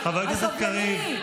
הסבלני,